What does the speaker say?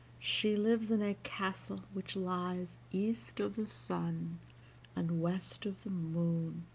she lives in a castle which lies east of the sun and west of the moon,